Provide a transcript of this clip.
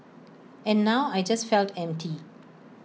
and now I just felt empty